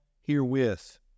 herewith